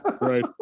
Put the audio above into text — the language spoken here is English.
right